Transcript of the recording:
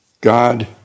God